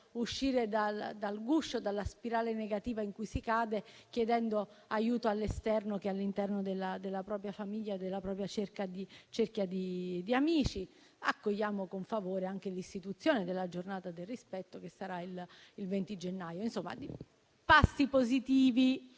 uscire dal guscio e dalla spirale negativa in cui si cade, chiedendo aiuto all'esterno che all'interno della propria famiglia e della propria cerchia di amici. Accogliamo con favore anche l'istituzione della Giornata nazionale del rispetto, che sarà il 20 gennaio. Insomma di passi positivi